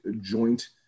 joint